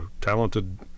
talented